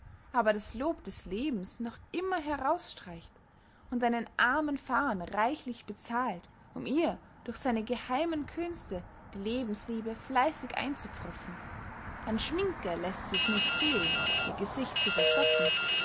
aber das lob des lebens noch immer herausstreicht und einen armen phaon reichlich bezahlt um ihr durch seine geheimen künste die lebensliebe fleißig einzupropfen an schminke läßt sies nicht fehlen ihr gesicht zu verstecken